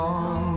on